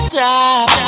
Stop